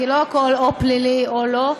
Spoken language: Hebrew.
כי לא הכול או פלילי או לא.